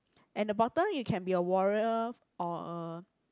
and the bottom you can be a warrior or a